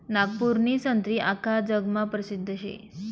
नागपूरनी संत्री आख्खा जगमा परसिद्ध शे